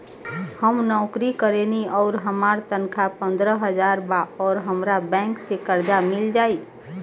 हम नौकरी करेनी आउर हमार तनख़ाह पंद्रह हज़ार बा और हमरा बैंक से कर्जा मिल जायी?